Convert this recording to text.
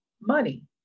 money